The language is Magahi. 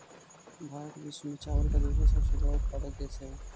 भारत विश्व में चावल का दूसरा सबसे बड़ा उत्पादक देश हई